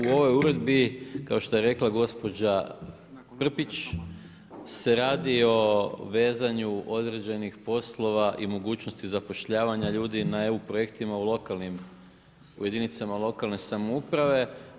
U ovoj uredbi kao što je rekla gospođa Prpić se radi o vezanju određenih poslova i mogućnosti zapošljavanja ljudi na EU projektima u lokalnim, u jedinicama lokalne samouprave.